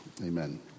Amen